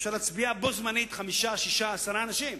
יכולים להצביע בו-זמנית חמישה, שישה, עשרה אנשים,